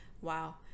Wow